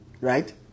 Right